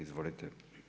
Izvolite.